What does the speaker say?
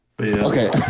Okay